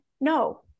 No